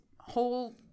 whole